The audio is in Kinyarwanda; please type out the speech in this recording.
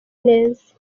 neza